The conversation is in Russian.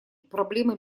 проблемы